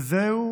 וזוהי